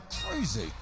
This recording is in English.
crazy